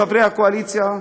חברי הקואליציה?